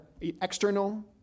external